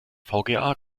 vga